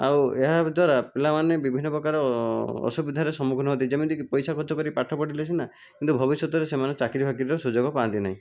ଆଉ ଏହା ଦ୍ୱରା ପିଲାମାନେ ବିଭିନ୍ନ ପ୍ରକାର ଅସୁବିଧାରେ ସମ୍ମୁଖୀନରେ ହୁଅନ୍ତି ଯେମିତିକି ପଇସା ଖର୍ଚ୍ଚ କରି ପାଠ ପଢ଼ିଲେ ସିନା କିନ୍ତୁ ଭବିଷ୍ୟତରେ ସେମାନେ ଚାକିରି ଫାକିରିର ସୁଯୋଗ ପାଆନ୍ତି ନାହିଁ